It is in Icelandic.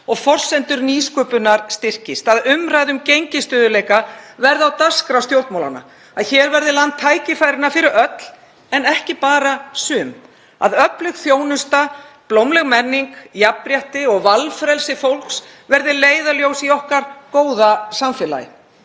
og forsendur nýsköpunar styrkist, að umræða um gengisstöðugleika verði á dagskrá stjórnmálanna, að hér verði land tækifæranna fyrir öll en ekki bara sum, að öflug þjónusta, blómleg menning, jafnrétti og valfrelsi fólks verði leiðarljós í okkar góða samfélagi.